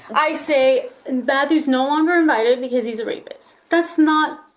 i say, matthew is no longer invited because he's a rapist. that's not,